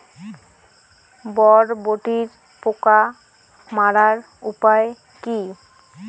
বরবটির পোকা মারার উপায় কি?